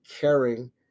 caring